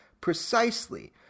precisely